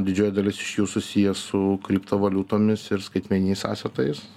didžioji dalis iš jų susiję su kriptovaliutomis ir skaitmeniais sąsatais